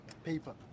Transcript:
Paper